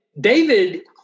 David